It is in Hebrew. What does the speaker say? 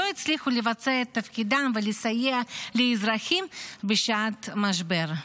לא הצליחו לבצע את תפקידם ולסייע לאזרחים בשעת משבר.